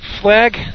flag